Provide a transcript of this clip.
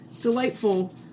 delightful